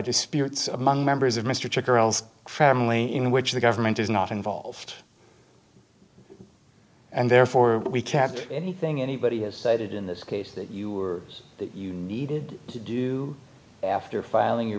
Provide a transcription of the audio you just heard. disputes among members of mr charles family in which the government is not involved and therefore we kept anything anybody has cited in this case that you were that you needed to do after filing